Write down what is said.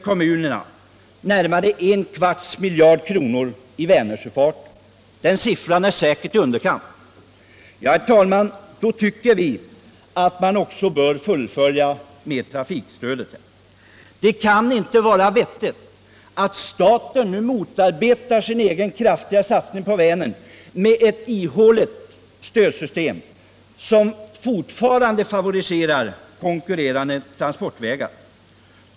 kommunerna har satsat närmare en kvarts miljard kronor i Vänersjöfarten — den siffran är säkert i underkant — tycker vi, herr talman, att man också bör fullfölja satsningen med trafikstöd där. Det kan inte vara riktigt att staten nu motarbetar sin egen kraftiga satsning på Vänern med ett ihåligt stödsystem, som fortfarande favoriserar konkurrerande transportvägar.